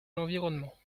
l’environnement